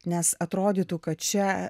nes atrodytų kad čia